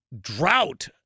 drought